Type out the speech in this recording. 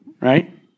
right